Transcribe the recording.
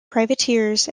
privateers